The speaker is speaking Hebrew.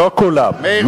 לא כולם.